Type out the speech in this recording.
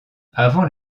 avant